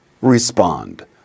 respond